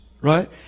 Right